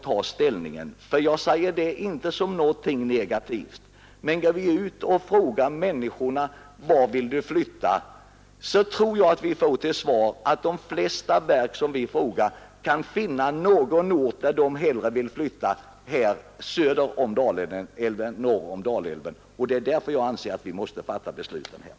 Jag säger inte detta som någonting negativt. Men går vi ut och frågar människorna vart de vill flytta så tror jag att vi får till svar att de flesta verk hellre vill flytta till någon ort söder om Dalälven än norr om Dalälven. Det är därför jag anser att vi måste fatta besluten här.